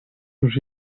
już